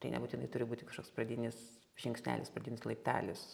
tai nebūtinai turi būti kažkoks pradinis žingsnelis pradinis laiptelis